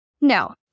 no